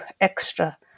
extra